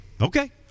Okay